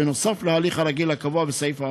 בנוסף להליך הרגיל הקבוע בסעיף האמור,